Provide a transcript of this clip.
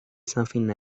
something